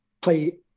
play